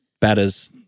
batters